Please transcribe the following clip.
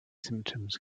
symptoms